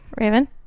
Raven